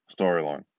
storyline